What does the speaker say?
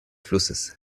flusses